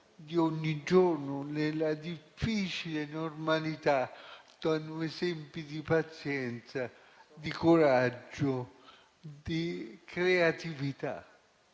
di ogni giorno nella difficile normalità, danno esempi di pazienza, di coraggio, di creatività.